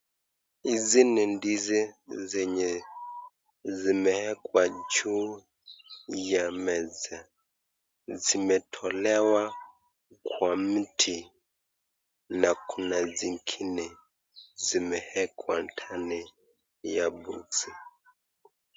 Hizi ni ndizi zenye zimewekwa juu ya meza, zimetolewa kwa mti na kuna zingine zimeekwa ndani ya boksi .